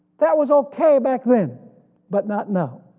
that was ok back then but not now.